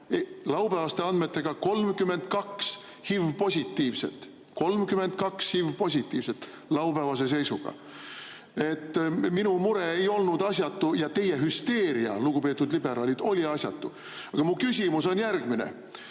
HIV-positiivset. 32 HIV-positiivset laupäevase seisuga! Minu mure ei olnud asjatu ja teie hüsteeria, lugupeetud liberaalid, oli asjatu. Aga mu küsimus on järgmine.